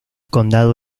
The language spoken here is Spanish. condado